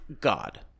God